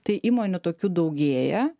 tai įmonių tokių daugėja